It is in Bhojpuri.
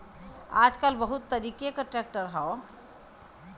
आजकल बहुत तरीके क ट्रैक्टर हौ